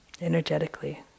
Energetically